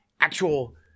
actual